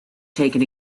taken